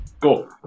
Go